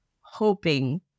hoping